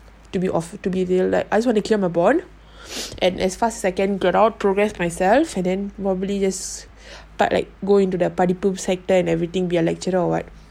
to be off to be like I just wanna clear my bond and as fast as I can get out progress myself and then probably just like go into the party poop sector and everything be a lecturer or what